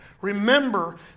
Remember